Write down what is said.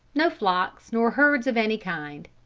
no flocks nor herds of any kind.